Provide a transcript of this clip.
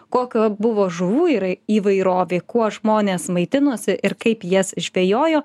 kokio buvo žuvų yra įvairovė kuo žmonės maitinosi ir kaip jas žvejojo